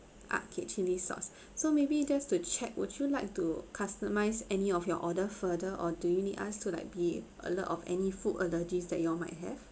ah okay chilli sauce so maybe just to check would you like to customise any of your order further or do you need us to like be alert of any food allergies that you all might have